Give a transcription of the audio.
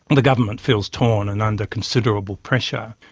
the government feels torn and under considerable pressure.